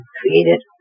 created